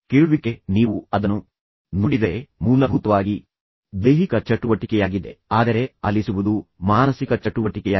ಕೇಳುವಿಕೆ ನೀವು ಅದನ್ನು ನೋಡಿದರೆ ಮೂಲಭೂತವಾಗಿ ದೈಹಿಕ ಚಟುವಟಿಕೆಯಾಗಿದೆ ಆದರೆ ಆಲಿಸುವುದು ಮಾನಸಿಕ ಚಟುವಟಿಕೆಯಾಗಿದೆ